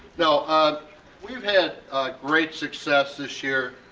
now ah we've had great success this year.